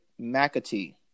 McAtee